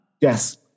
Yes